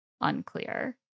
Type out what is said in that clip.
unclear